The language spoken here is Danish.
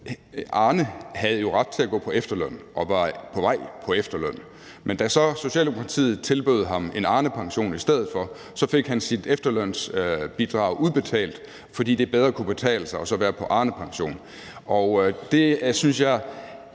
Arne havde jo ret til at gå på efterløn og var på vej på efterløn, men da Socialdemokratiet så i stedet tilbød ham en Arnepension, fik han sit efterlønsbidrag udbetalt, fordi det så bedre kunne betale sig at være på Arnepension,